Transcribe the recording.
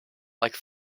like